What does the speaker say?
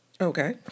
Okay